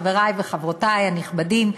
חברי וחברותי הנכבדים,